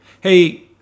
Hey